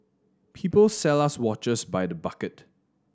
people sell us watches by the bucket